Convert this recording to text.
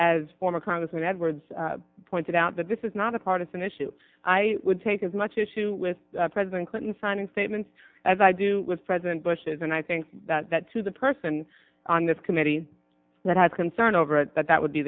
as former congressman edwards pointed out that this is not a partisan issue i would take as much issue with president clinton signing statements as i do with president bush's and i think that that to the person on this committee that had concern over it that that would be